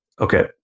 Okay